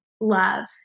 love